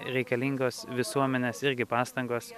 reikalingos visuomenės irgi pastangos